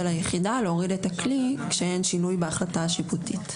היחידה להוריד את הכלי כשאין שינוי בהחלטה השיפוטית.